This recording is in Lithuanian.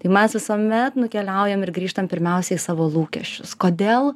tai mes visuomet nukeliaujam ir grįžtam pirmiausiai į savo lūkesčius kodėl